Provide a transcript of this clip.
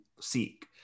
seek